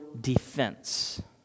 defense